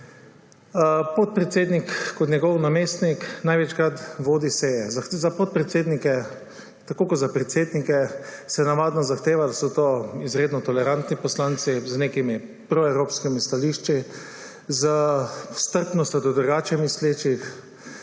podpredsednik kot njegov namestnik največkrat vodi seje. Za podpredsednike se tako kot za predsednike navadno zahteva, da so to izredno tolerantni poslanci z nekimi proevropskimi stališči, s strpnostjo do drugače mislečih,